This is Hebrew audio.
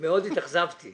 מאוד התאכזבתי